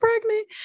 pregnant